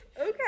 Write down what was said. Okay